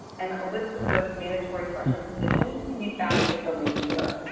and a list of those mandatory special conditions can be found at the link here.